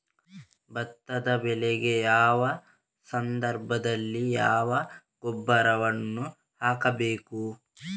ಭತ್ತದ ಬೆಳೆಗೆ ಯಾವ ಸಂದರ್ಭದಲ್ಲಿ ಯಾವ ಗೊಬ್ಬರವನ್ನು ಹಾಕಬೇಕು?